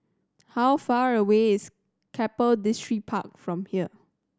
how far away is Keppel Distripark from here